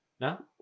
No